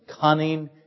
cunning